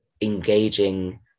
engaging